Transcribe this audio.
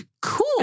cool